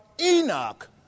Enoch